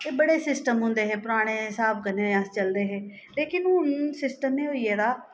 एह् बड़े सिस्टम होंदे हे परानें स्हाब कन्नै अस चलदे हे लेकिन हून सिस्टम एह् होई गेदा